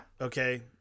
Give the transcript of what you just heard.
okay